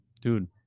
Dude